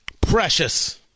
Precious